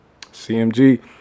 CMG